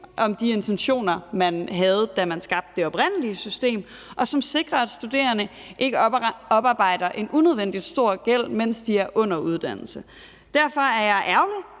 med de intentioner, man havde, da man skabte det oprindelige system, og som sikrer, at studerende ikke oparbejder en unødvendig stor gæld, mens de er under uddannelse. Derfor er jeg ærgerlig